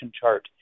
chart